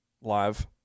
live